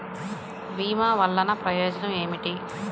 భీమ వల్లన ప్రయోజనం ఏమిటి?